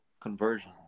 conversion